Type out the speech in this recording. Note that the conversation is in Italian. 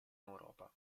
europa